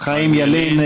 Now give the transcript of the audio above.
חיים ילין.